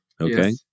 Okay